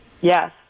Yes